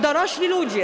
Dorośli ludzie.